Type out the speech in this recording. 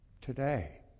today